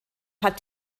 hat